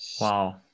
Wow